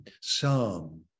psalm